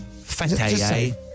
Fatay